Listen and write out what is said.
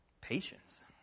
Patience